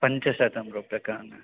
पञ्चशतं रूप्यकान्